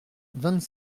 vingt